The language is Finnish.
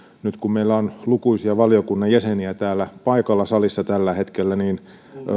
nyt kun meillä on lukuisia valiokunnan jäseniä täällä paikalla salissa tällä hetkellä niin